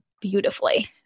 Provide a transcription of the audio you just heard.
beautifully